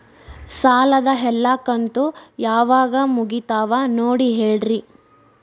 ಸಾಲದ ಎಲ್ಲಾ ಕಂತು ಯಾವಾಗ ಮುಗಿತಾವ ನೋಡಿ ಹೇಳ್ರಿ